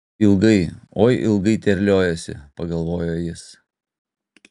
ilgai oi ilgai terliojasi pagalvojo jis